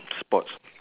sports